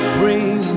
bring